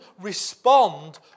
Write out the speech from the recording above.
respond